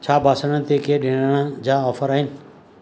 छा बासणनि ते के डि॒णणनि जा ऑफर आहिनि